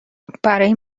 برای